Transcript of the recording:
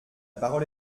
parole